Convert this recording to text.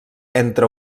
entre